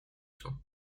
cents